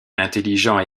intelligent